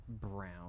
brown